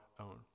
own